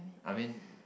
I mean